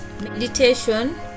Meditation